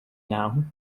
now